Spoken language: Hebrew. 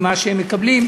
ממה שהם מקבלים,